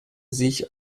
sich